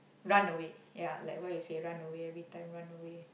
run away ya like you say run away every time run away